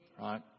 right